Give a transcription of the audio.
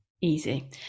easy